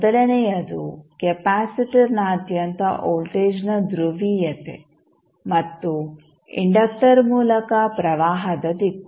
ಮೊದಲನೆಯದು ಕೆಪಾಸಿಟರ್ನಾದ್ಯಂತ ವೋಲ್ಟೇಜ್ನ ಧ್ರುವೀಯತೆ ಮತ್ತು ಇಂಡಕ್ಟರ್ ಮೂಲಕ ಪ್ರವಾಹದ ದಿಕ್ಕು